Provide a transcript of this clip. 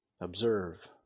Observe